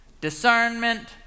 discernment